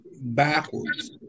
backwards